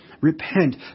repent